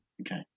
Okay